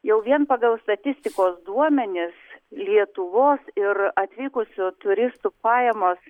jau vien pagal statistikos duomenis lietuvos ir atvykusių turistų pajamos